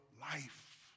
life